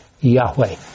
Yahweh